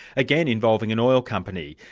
again involving an oil company.